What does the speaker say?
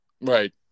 Right